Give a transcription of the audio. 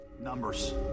Numbers